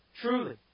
truly